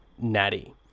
Natty